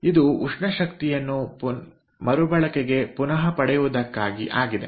ಇದು ಉಷ್ಣ ಶಕ್ತಿಯನ್ನು ಮರುಬಳಕೆಗೆ ಪುನಃ ಪಡೆಯುವುದಕ್ಕಾಗಿ ಆಗಿದೆ